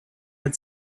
had